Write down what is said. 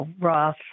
Roth